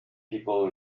people